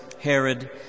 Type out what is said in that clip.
Herod